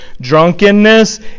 Drunkenness